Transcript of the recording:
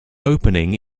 opening